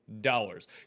dollars